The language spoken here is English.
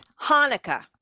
Hanukkah